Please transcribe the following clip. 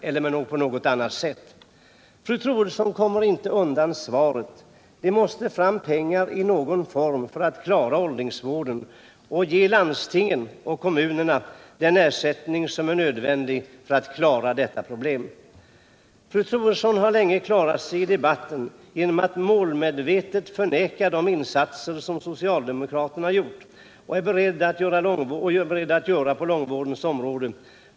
Fru Troedsson kommer inte undan svaret. Det måste fram pengar i någon form för att klara åldringsvården och ge landstingen — och kommunerna den ersättning som är nödvändig för att klara detta problem. Fru Troedsson har länge klarat sig genom att målmedvetet förneka de insatser som socialdemokraterna har gjort och de insatser de är beredda att göra på långvårdens område.